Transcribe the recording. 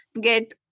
get